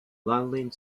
landing